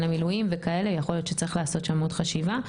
המילואים וכאלה יכול להיות שצריך לעשות שם עוד חשיבה,